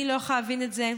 אני לא יכולה להבין את זה.